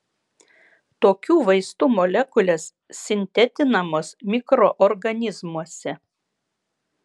tokių vaistų molekulės sintetinamos mikroorganizmuose